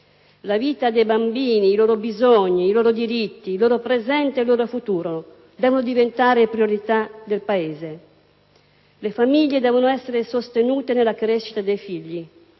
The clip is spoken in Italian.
La vita dei bambini, i loro bisogni, i loro diritti, il loro presente ed il loro futuro devono diventare priorità del Paese. Le famiglie devono essere sostenute nella crescita dei figli.